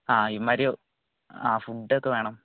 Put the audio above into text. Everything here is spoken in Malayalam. ആ ഇമ്മാരിയോ ആ ഫുഡ് ഒക്കെ വേണം